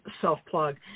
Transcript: self-plug